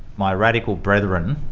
my radical brethren,